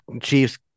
Chiefs